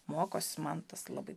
mokosi man tas labai